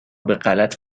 بهغلط